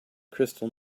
crystal